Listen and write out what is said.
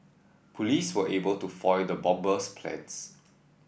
police were able to foil the bomber's plans